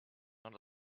not